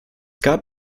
gab